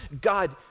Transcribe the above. God